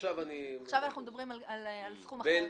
עכשיו אנחנו מדברים על סכום אחר.